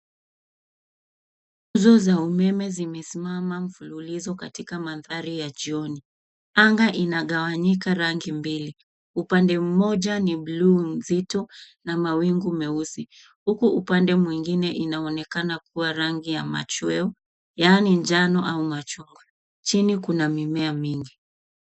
Nguzo za umeme zimesimama mfululizo katika mandhari ya jioni. Anga inagawanyika pande mbili. Upande mmoja ni buluu nzito na mawingu meusi huku upande mwingine inaonekana kuwa rangi ya machweo yaani njano au machungwa. Chini kuna mimea.